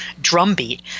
drumbeat